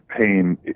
pain